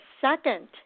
second